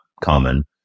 common